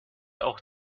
auch